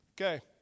Okay